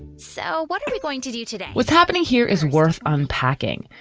so what are we going to do today? what's happening here is worth unpacking.